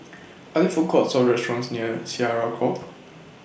Are There Food Courts Or restaurants near Syariah Court